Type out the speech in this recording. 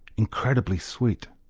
incredibly sweet.